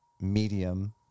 medium